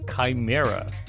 chimera